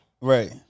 Right